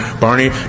Barney